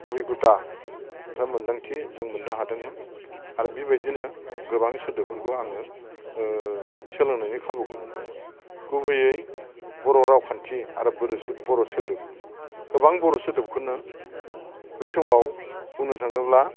अबिगथा खोथा मोनदांथि जों मोननो हादोंमोन आरो बिबायदिनो गोबां सोदोबफोरखौ आङो ओ सोलोंनायनि खाबुखौ मोनदोंमोन गुबैयै बर' रावखान्थि आरो बर' सोदोब गोबां बर' सोदोबखोनो बै समाव बुंनो थाङोब्ला